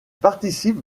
participe